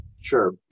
Sure